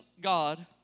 God